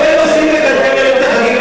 יש הרבה נושאים לקלקל היום את החגיגה,